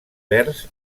verds